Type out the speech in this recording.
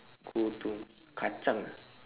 go to kacang ah